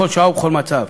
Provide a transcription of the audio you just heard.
בכל שעה ובכל מצב.